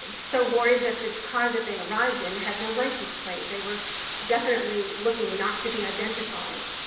so worried that the car that they arrived in had no license plate. they were definitely looking not to be identified.